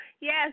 Yes